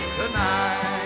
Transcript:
tonight